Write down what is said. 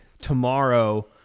tomorrow